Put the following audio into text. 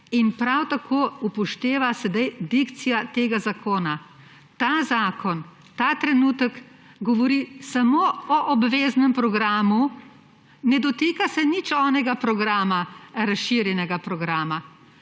in prav tako se upošteva sedaj dikcija tega zakona. Ta zakon ta trenutek govori samo o obveznem programu, ne dotika se nič razširjenega programa.